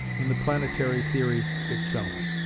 in the planetary theory itself.